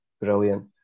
brilliant